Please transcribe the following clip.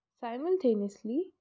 Simultaneously